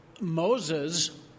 Moses